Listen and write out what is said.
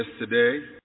yesterday